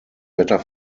better